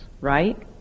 right